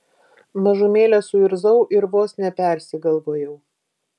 mažumėlę suirzau ir vos nepersigalvojau